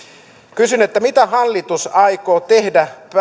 kysyn mitä hallitus aikoo tehdä